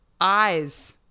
eyes